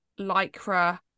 lycra